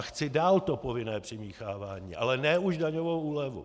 Chci dál povinné přimíchávání, ale ne už daňovou úlevu.